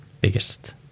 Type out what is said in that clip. biggest